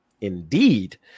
Indeed